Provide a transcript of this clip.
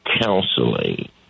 counseling